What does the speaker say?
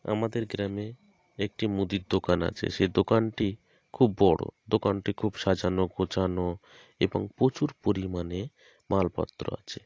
আমাদের গ্রামে একটি মুদির দোকান আছে সেই দোকানটি খুব বড় দোকানটি খুব সাজানো গোছানো এবং প্রচুর পরিমাণে মালপত্র আছে